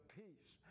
peace